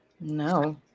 No